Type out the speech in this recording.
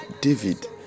David